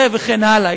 וכן הלאה.